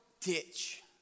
ditch